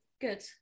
good